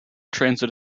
transit